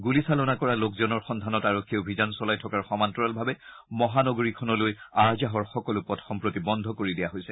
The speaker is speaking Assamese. গুলী চালনা কৰা লোকজনৰ সন্ধানত আৰক্ষীয়ে অভিযান চলাই থকাৰ সমান্তৰালভাৱে মহানগৰীখনলৈ আহ যাহৰ সকলো পথ সম্প্ৰতি বন্ধ কৰি দিয়া হৈছে